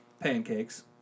Pancakes